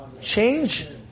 Change